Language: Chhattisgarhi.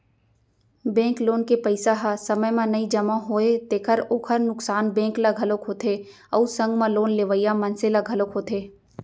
बेंक लोन के पइसा ह समे म नइ जमा होवय तेखर ओखर नुकसान बेंक ल घलोक होथे अउ संग म लोन लेवइया मनसे ल घलोक होथे